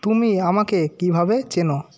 তুমি আমাকে কীভাবে চেনো